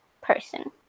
person